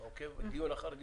אני עוקב דיון אחר דיון.